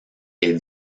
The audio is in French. est